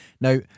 Now